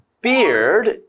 beard